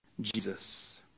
Jesus